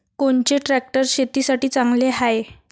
कोनचे ट्रॅक्टर शेतीसाठी चांगले हाये?